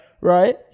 Right